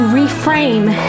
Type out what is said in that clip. reframe